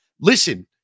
listen